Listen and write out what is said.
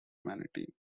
humanity